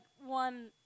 one